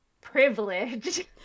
privilege